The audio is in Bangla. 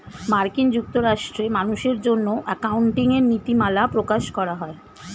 মার্কিন যুক্তরাষ্ট্রে মানুষের জন্য অ্যাকাউন্টিং এর নীতিমালা প্রকাশ করা হয়